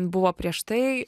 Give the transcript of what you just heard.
buvo prieš tai